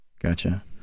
Gotcha